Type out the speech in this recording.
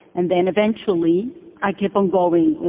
and then eventually i kept on going,